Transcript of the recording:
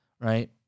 right